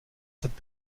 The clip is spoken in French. cette